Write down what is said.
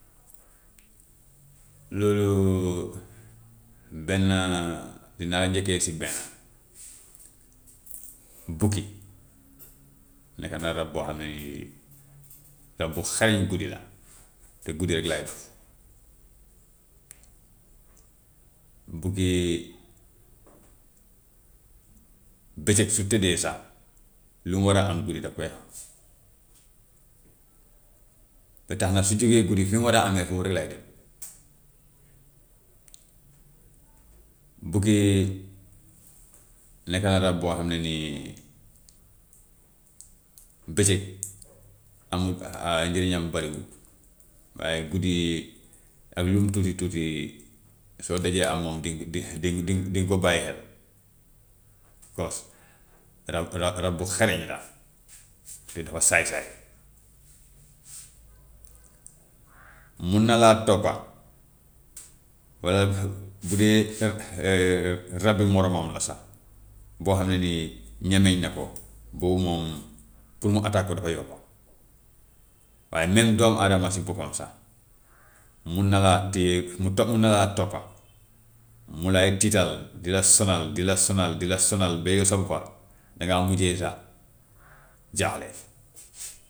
Lu benn dinaa njëkkee si benn bukki nekk na rab boo xam ne nii rab bu xarañ guddi la te guddi rek lay dox. Bukki bëccëg su tëddee sax lu mu war a am guddi daf koy am, ba tax na su jógee guddi fi mu war a amee foofu rek lay dem. bukki nekk na rab boo xam ne nii bëccëg amut njëriñam bariwut, waaye guddi ak lu mu tuuti tuuti soo dajee ak moom di di di di di nga ko bàyyi xel kos rab rab rab bu xarañ la te dafa saay-saay mun na laa toppa walla bu dee rabi moromam la sax bo xam ne nii ñemeñ na ko boobu moom pour mu attaque ko dafay yomb, waaye même doomu adama si boppam sax mun na laa téye mu to- mun na laa toppa mu lay tiital, di la sonal di la sonal di la sonal ba yow sa boppa dangaa mujjee sax jaaxle.